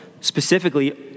specifically